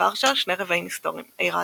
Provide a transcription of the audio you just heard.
לוורשה שני רבעים היסטוריים, "העיר העתיקה"